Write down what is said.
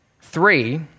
Three